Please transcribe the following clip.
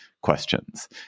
questions